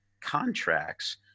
contracts